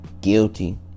Guilty